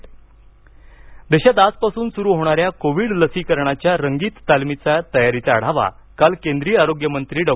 Covid dry run देशात आजपासून सुरू होणाऱ्या कोविड लसीकरणाच्या रंगीत तालमीच्या तयारीचा आढावा काल केंद्रीय आरोग्य मंत्री डॉ